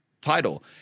title